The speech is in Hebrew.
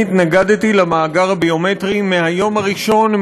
התנגדתי למאגר הביומטרי מהיום הראשון,